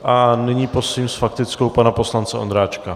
A nyní prosím s faktickou pana poslance Ondráčka.